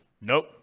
Nope